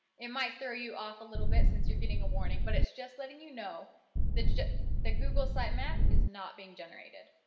it might throw you off a little bit since you're getting a warning, but it's just letting you know the the google sitemap is not being generated.